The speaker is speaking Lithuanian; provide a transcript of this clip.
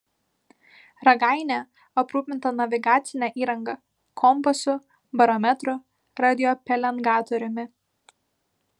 ragainė aprūpinta navigacine įranga kompasu barometru radiopelengatoriumi